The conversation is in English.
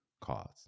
cause